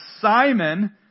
Simon